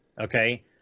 okay